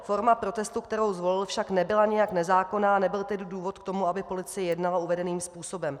Forma protestu, kterou zvolil, však nebyla nijak nezákonná, a nebyl tedy důvod k tomu, aby policie jednala uvedeným způsobem.